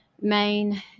main